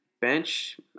Bench